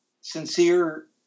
sincere